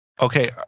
Okay